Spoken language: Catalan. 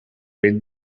ben